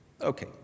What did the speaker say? Okay